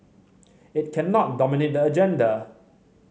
it cannot dominate the agenda